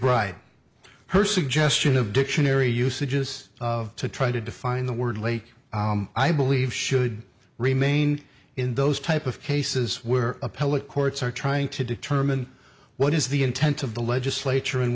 mcbride her suggestion of dictionary usages of to try to define the word lake i believe should remain in those type of cases where appellate courts are trying to determine what is the intent of the legislature and